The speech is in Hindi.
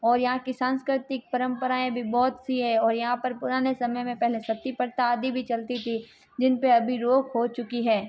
और यहाँ की सांस्कृतिक परम्पराये भी बहुत सी है और यहाँ पर पुराने समय में पहले सती प्रथा आदि भी चलती थी जिनपे अभी रोक हो चुकी है